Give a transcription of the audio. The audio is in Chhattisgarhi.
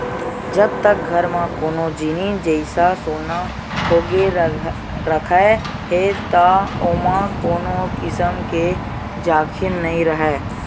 जब तक घर म कोनो जिनिस जइसा सोना होगे रखाय हे त ओमा कोनो किसम के जाखिम नइ राहय